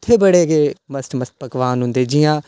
ते उत्थै बड़े गै मस्त मस्त पकवान होंदे जि'यां